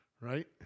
right